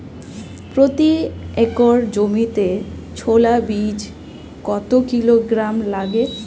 প্রতি একর জমিতে ছোলা বীজ কত কিলোগ্রাম লাগে?